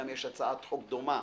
גם יש הצעת חוק דומה